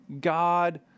God